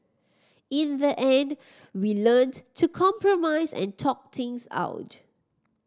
in the end we learnt to compromise and talk things out